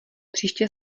příště